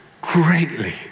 greatly